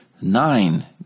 nine